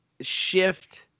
shift